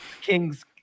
king's